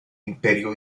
imperio